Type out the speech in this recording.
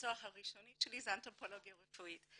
המקצוע הראשוני שלי זה אנתרופולוגיה רפואית.